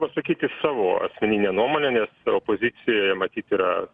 pasakyt iš savo asmeninę nuomonę nes opozicijoje matyt yra